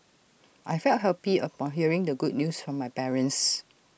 I felt happy upon hearing the good news from my parents